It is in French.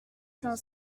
cinq